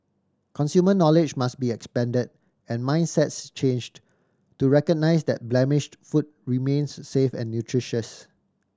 consumer knowledge must be expanded and mindsets changed to recognise that blemished food remains safe and nutritious